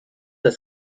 des